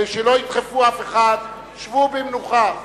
שלא ידחפו אף אחד, שבו במנוחה.